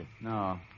No